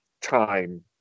time